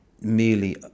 merely